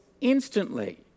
instantly